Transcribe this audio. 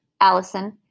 Allison